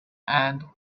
and